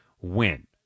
win